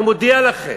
אני מודיע לכם: